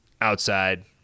outside